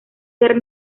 ser